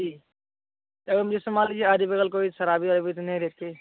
जी जैसे मान लीजिए आदि बग़ल कोई शराबी वराबी तो नहीं रहते